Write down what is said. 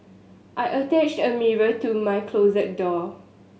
I attached a mirror to my closet door